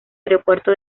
aeropuerto